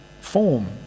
form